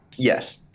Yes